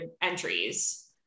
entries